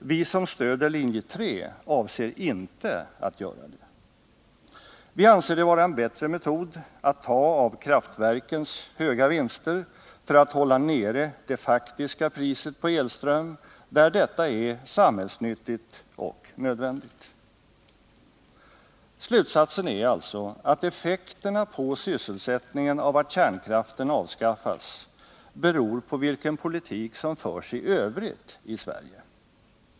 Vi som stöder linje 3 avser inte att göra det. Vi anser det vara en bättre metod att ta av kärnkraftverkens höga vinster för att hålla nere det faktiska priset på elström där detta är samhällsnyttigt och nödvändigt. Slutsatsen är alltså att effekterna på sysselsättningen av att kärnkraften avskaffas beror på vilken politik som förs i övrigt i Sverige.